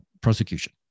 prosecution